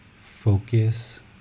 Focus